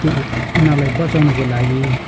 त्यो उनीहरूलाई बचाउनको लागि